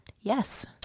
Yes